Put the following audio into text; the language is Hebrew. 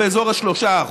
באזור 3%,